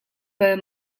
bal